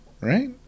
right